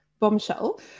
bombshell